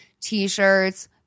t-shirts